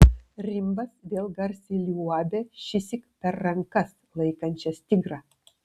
rimbas vėl garsiai liuobia šįsyk per rankas laikančias tigrą